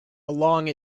along